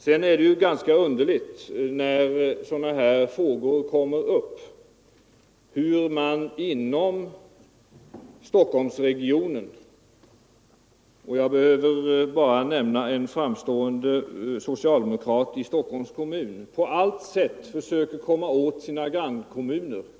Det är underligt att man i Stockholmsregionen när en sådan här fråga kommer upp —- jag behöver bara nämna den socialdemokratiske majo ritetsledaren i Stockholms kommun -— på allt sätt försöker komma åt sina grannkommuner.